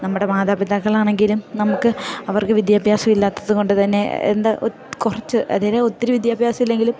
നമ്മുടെ മാതാപിതാക്കളാണെങ്കിലും നമുക്ക് അവർക്ക് വിദ്യാഭ്യാസം ഇല്ലാത്തത് കൊണ്ട് തന്നെ എന്താ കുറച്ച് അത്ര ഒത്തിരി വിദ്യാഭ്യാസം ഇല്ലെങ്കിലും